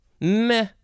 Meh